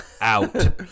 out